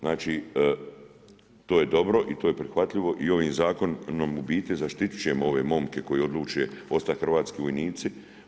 Znači to je dobro i to je prihvatljivo i ovim zakonom u biti zaštićujemo ove momke koji odluče ostati hrvatski vojnici.